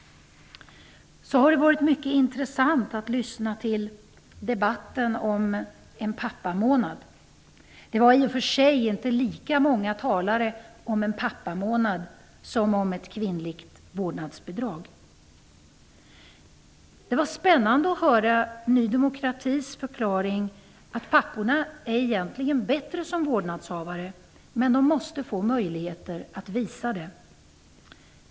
Det har varit mycket intressant att lyssna till debatten om en pappamånad. Det var i och för sig inte lika många talare i den debatten som i debatten om ett kvinnligt vårdnadsbidrag. Det var spännande att höra Ny demokratis förklaring, dvs. att papporna egentligen är bättre som vårdnadshavare men att de måste få möjlighet att visa det.